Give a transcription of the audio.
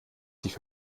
sich